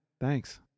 thanks